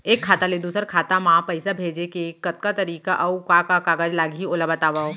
एक खाता ले दूसर खाता मा पइसा भेजे के कतका तरीका अऊ का का कागज लागही ओला बतावव?